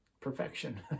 perfection